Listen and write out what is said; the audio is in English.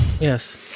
Yes